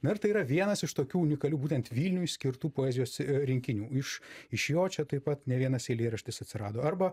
na ir tai yra vienas iš tokių unikalių būtent vilniui skirtų poezijos rinkinių iš iš jo čia taip pat ne vienas eilėraštis atsirado arba